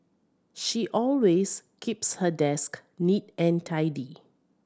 she always keeps her desk neat and tidy